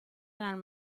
eran